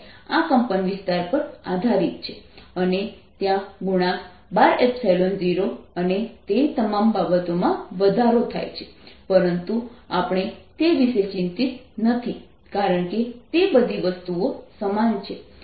આ કંપનવિસ્તાર પર આધારીત છે અને ત્યાં ગુણાંક 120 અને તે તમામ બાબતોમાં વધારો થાય છે પરંતુ આપણે તે વિશે ચિંતિત નથી કારણ કે તે બધી વસ્તુઓ સમાન છે